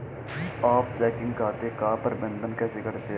आप चेकिंग खाते का प्रबंधन कैसे करते हैं?